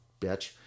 bitch